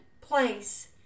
place